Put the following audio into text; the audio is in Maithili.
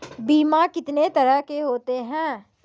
बीमा कितने तरह के होते हैं?